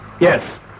yes